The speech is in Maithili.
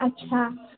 अच्छा